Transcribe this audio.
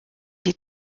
die